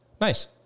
Nice